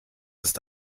ist